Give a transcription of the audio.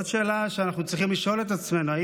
עוד שאלה שאנחנו צריכים לשאול את עצמנו היא